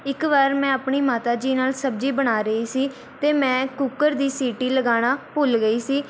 ਇੱਕ ਵਾਰ ਮੈਂ ਆਪਣੀ ਮਾਤਾ ਜੀ ਨਾਲ ਸਬਜ਼ੀ ਬਣਾ ਰਹੀ ਸੀ ਅਤੇ ਮੈਂ ਕੁੱਕਰ ਦੀ ਸੀਟੀ ਲਗਾਉਣਾ ਭੁੱਲ ਗਈ ਸੀ